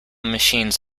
machines